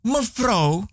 Mevrouw